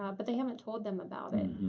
ah but they haven't told them about it.